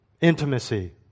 intimacy